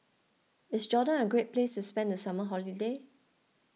is Jordan a great place to spend the summer holiday